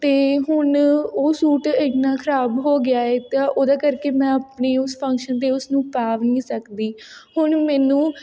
ਅਤੇ ਹੁਣ ਉਹ ਸੂਟ ਇੰਨਾ ਨਾਲ ਖ਼ਰਾਬ ਹੋ ਗਿਆ ਹੈ ਤਾਂ ਉਹਦਾ ਕਰਕੇ ਮੈਂ ਆਪਣੀ ਉਸ ਫੰਕਸ਼ਨ 'ਤੇ ਉਸਨੂੰ ਪਾ ਵੀ ਨਹੀਂ ਸਕਦੀ ਹੁਣ ਮੈਨੂੰ